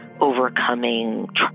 overcoming